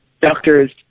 doctors